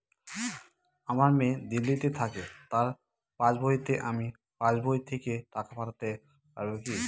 আমার মেয়ে দিল্লীতে থাকে তার পাসবইতে আমি পাসবই থেকে টাকা পাঠাতে পারব কি?